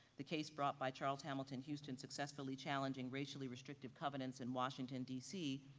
the case brought by charles hamilton houston successfully challenging racially restrictive covenants in washington dc,